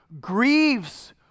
grieves